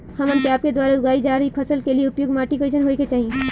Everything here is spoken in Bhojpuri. हमन के आपके द्वारा उगाई जा रही फसल के लिए उपयुक्त माटी कईसन होय के चाहीं?